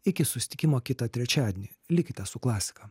iki susitikimo kitą trečiadienį likite su klasika